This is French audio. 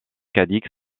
cadix